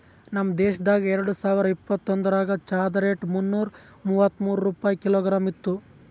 ನಮ್ ದೇಶದಾಗ್ ಎರಡು ಸಾವಿರ ಇಪ್ಪತ್ತೊಂದರಾಗ್ ಚಹಾದ್ ರೇಟ್ ಮುನ್ನೂರಾ ಮೂವತ್ಮೂರು ರೂಪಾಯಿ ಕಿಲೋಗ್ರಾಮ್ ಇತ್ತು